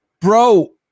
bro